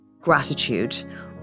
Gratitude